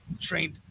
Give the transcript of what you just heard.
trained